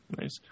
Nice